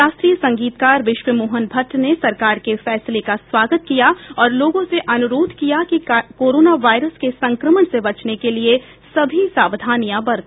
शास्त्रीय संगीतकार विश्व मोहन भट्ट ने सरकार के फैसले का स्वागत किया और लोगों से अनुरोध किया कि कोरोना वायरस के संक्रमण से बचने के लिए सभी सावधानियां बरते